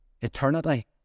eternity